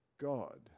God